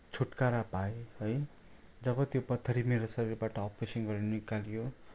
छुट्कारा पाएँ है जब त्यो पत्थरी मेरो शरीरबाट अप्रेसन् गरेर निकालियो